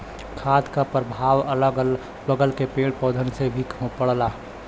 खाद क परभाव अगल बगल के पेड़ पौधन पे भी पड़ला